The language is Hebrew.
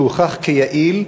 שהוכח כיעיל,